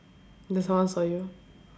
did someone saw you